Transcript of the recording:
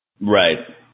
Right